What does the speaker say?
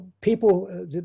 people